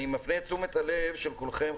אני מפנה את תשומת הלב של כולכם,